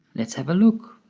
let's have a look?